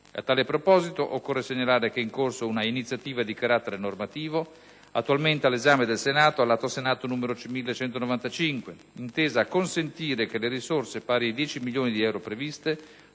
A tale proposito, occorre segnalare che è in corso un'iniziativa di carattere normativo, attualmente all'esame del Senato nell'Atto Senato n. 1195, intesa a consentire che le risorse, pari a dieci milioni di euro, previste,